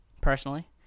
personally